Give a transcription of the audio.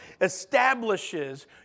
establishes